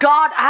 God